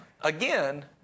again